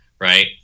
right